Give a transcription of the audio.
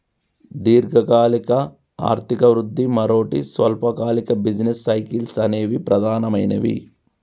దీర్ఘకాలిక ఆర్థిక వృద్ధి, మరోటి స్వల్పకాలిక బిజినెస్ సైకిల్స్ అనేవి ప్రధానమైనవి